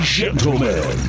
gentlemen